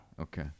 Okay